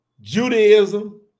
Judaism